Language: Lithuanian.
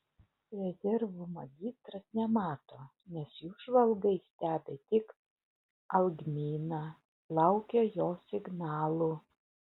rezervų magistras nemato nes jų žvalgai stebi tik algminą laukia jo signalų